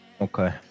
Okay